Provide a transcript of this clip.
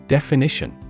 Definition